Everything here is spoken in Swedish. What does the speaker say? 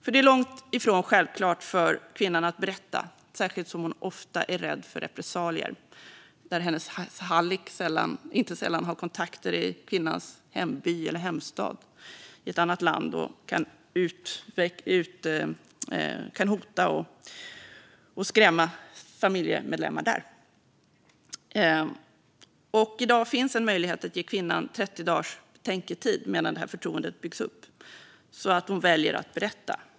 För det är långt ifrån självklart för kvinnan att berätta, särskilt som hon ofta är rädd för repressalier, där hennes hallick inte sällan har kontakter i kvinnans hemby eller hemstad i ett annat land och kan hota och skrämma familjemedlemmar där. I dag finns en möjlighet att ge kvinnan 30 dagars betänketid medan ett förtroende byggs upp så att hon väljer att berätta.